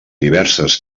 diverses